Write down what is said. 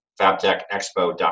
fabtechexpo.com